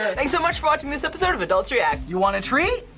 thanks so much for watching this episode of adults react. you want a treat?